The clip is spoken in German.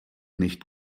nicht